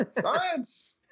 Science